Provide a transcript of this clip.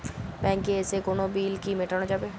ব্যাংকে এসে কোনো বিল কি মেটানো যাবে?